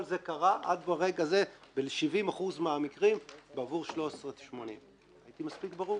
כל זה קרה עד לרגע זה ב-70% מהמקרים בעבור 13.80. הייתי מספיק ברור?